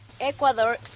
Ecuador